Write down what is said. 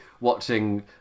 watching